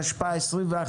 התשפ"א-2021,